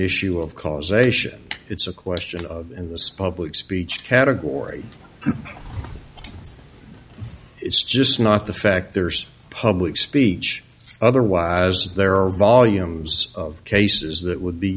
issue of causation it's a question of in this public speech category it's just not the fact there's public speech otherwise there are volumes of cases that would be